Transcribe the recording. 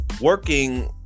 working